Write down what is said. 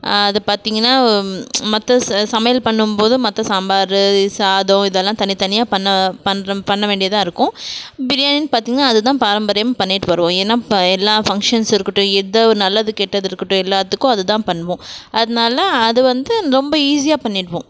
அதை பார்த்தீங்கன்னா மற்ற ச சமையல் பண்ணும்போது மற்ற சாம்பார் சாதம் இதெல்லாம் தனித்தனியாக பண்ண பண்ணுறோம் பண்ண வேண்டியதாக இருக்கும் பிரியாணி பார்த்தீங்கன்னா அது தான் பாரம்பரியமாக பண்ணிவிட்டு வரோம் ஏன்னால் இப்போ எல்லா ஃபங்க்ஷன்ஸ் இருக்கட்டும் ஏதோ ஒரு நல்லது கெட்டது இருக்கட்டும் எல்லாத்துக்கும் அது தான் பண்ணுவோம் அதனால அது வந்து ரொம்ப ஈஸியாக பண்ணிவிடுவோம்